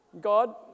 God